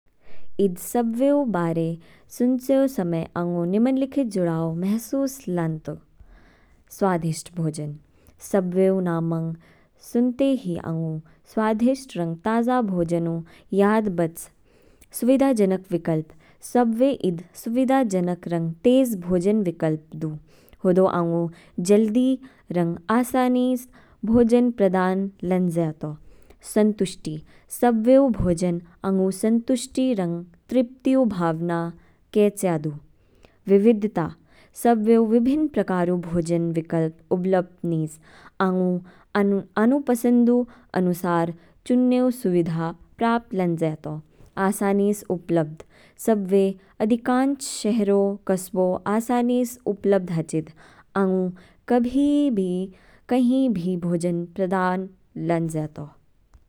इद सब्वेव बारे सुनचेयो समय आँगो निमनलिखिच जुड़ाओ महसूस लनतो। स्वाधिष्ट भोजन, सब्वेव नामङग सुनते ही आँगो स्वाधिष्ट रंग ताजा भोजन ऊ याद बच। सुविधाजनक विकल्प, सब्वेव इद सुविधाजनक रंग तेज भोजन विकल्प दू। होदो आँगु जल्दी रंग आसानीस भोजन प्रदान लन जया तौ। संतुष्टी, सब्वेव ऊ भोजन आँगो संतुष्टी रंग त्रिप्ति ऊ भावना केचया दू। विविधता, सब्वेव ऊ विभिन प्रकारउ भोजन विकल्प उपलब्ध नीज। आँगो आनु पसंदू अनुसार चुन्नेव सुविदा प्राप्त लन जया तौ। आसानीस उपलब्ध, सब्वेव अधिकांश शहरों कस्बो आसानीस उपलब्ध हचिद। आंगु कभी भी कहीं भी भोजन प्रदान लन जया तौ।